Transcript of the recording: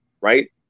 Right